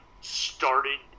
started